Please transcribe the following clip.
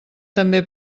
també